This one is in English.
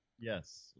Yes